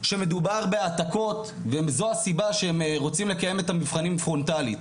שמדובר בהעתקות וזו הסיבה שהם רוצים לקיים את המבחנים פרונטלית